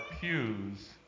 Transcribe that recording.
pews